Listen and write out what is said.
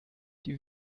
die